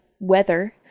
weather